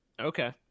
Okay